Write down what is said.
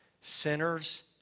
Sinners